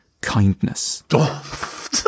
kindness